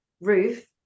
roof